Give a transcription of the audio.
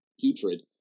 putrid